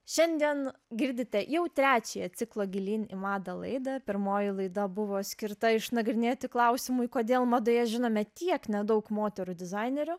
šiandien girdite jau trečiąją ciklo gilyn į madą laidą pirmoji laida buvo skirta išnagrinėti klausimui kodėl madoje žinome tiek nedaug moterų dizainerių